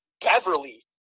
Beverly